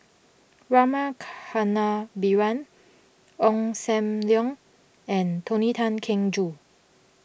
Rama Kannabiran Ong Sam Leong and Tony Tan Keng Joo